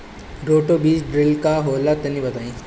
Roto बीज drill का होला तनि बताई?